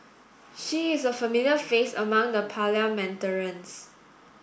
she is a familiar face among the parliamentarians